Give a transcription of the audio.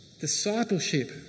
Discipleship